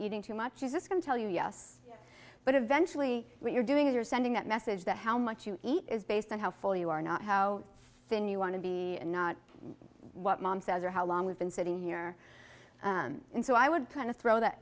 eating too much is this going to tell you yes but eventually what you're doing is you're sending that message that how much you eat is based on how full you are not how thin you want to be and not what mom says or how long we've been sitting here and so i would kind of throw that